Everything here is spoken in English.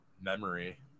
memory